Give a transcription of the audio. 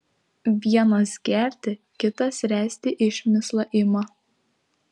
vienas gerti kitas ręsti išmislą ima